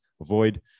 Avoid